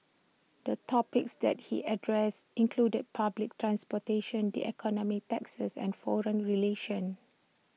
the topics that he addressed included public transportation the economy taxes and foreign relations